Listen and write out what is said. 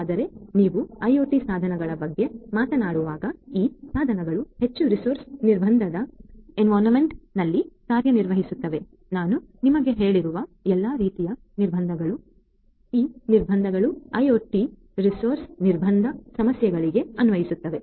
ಆದರೆ ನೀವು ಐಒಟಿ ಸಾಧನಗಳ ಬಗ್ಗೆ ಮಾತನಾಡುವಾಗ ಈ ಸಾಧನಗಳು ಹೆಚ್ಚು ರಿಸೋರ್ಸ್ ನಿರ್ಬಂಧದ ಎನ್ವಿರೋನ್ಮೆಂಟ್ನಲ್ಲಿ ಕಾರ್ಯನಿರ್ವಹಿಸುತ್ತಿವೆ ನಾನು ನಿಮಗೆ ಹೇಳೀರ್ವ ಎಲ್ಲಾ ರೀತಿಯ ನಿರ್ಬಂಧಗಳು ಆದ್ದರಿಂದ ಈ ನಿರ್ಬಂಧಗಳು ಈ ಐಒಟಿ ರೆಸೋರ್ಸ್ಸ್ ನಿರ್ಬಂಧ ಸಾಧನಗಳಿಗೆ ಅನ್ವಯಿಸುತ್ತವೆ